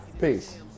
peace